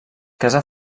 casa